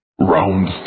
Round